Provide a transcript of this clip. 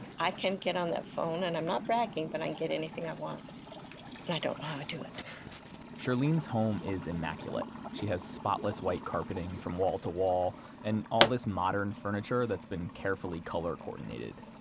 i can get on that phone, and i'm not bragging, but i can get anything i want. but i don't ah do it shirlene's home is immaculate. she has spotless white carpeting from wall-to-wall, and all this modern furniture that's been carefully color-coordinated.